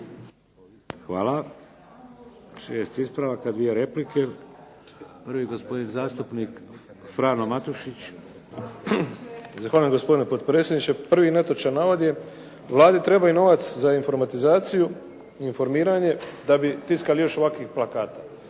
Hvala. 6 ispravaka, 2 replike. Prvi gospodin zastupnik Frano Matušić. **Matušić, Frano (HDZ)** Zahvaljujem gospodine predsjedniče. Prvi netočan navod je Vladi treba novac za informatizaciju i informiranje da bi tiskali još ovakvih plakata.